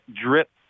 drip